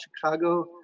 Chicago